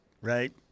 right